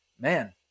man